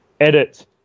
edit